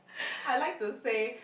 I like to say